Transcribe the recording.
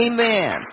Amen